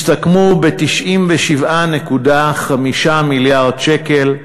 הסתכמו ב-97.5 מיליארד שקלים.